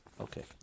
Okay